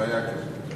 אפליה כזאת.